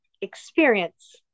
experience